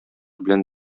белән